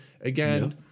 Again